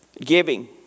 giving